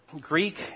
Greek